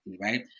right